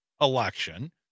election